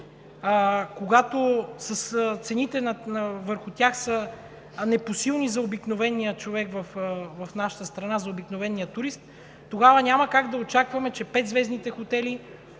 когато цените върху тях са непосилни за обикновения човек в нашата страна, за обикновения турист, тогава няма как да очакваме, че 5-звездните хотели